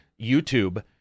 YouTube